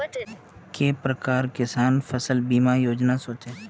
के प्रकार किसान फसल बीमा योजना सोचें?